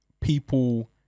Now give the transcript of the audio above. people